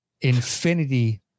infinity